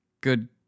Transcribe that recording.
good